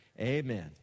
Amen